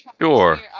Sure